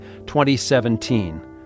2017